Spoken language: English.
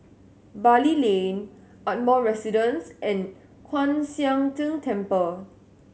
Bali Lane Ardmore Residence and Kwan Siang Tng Temple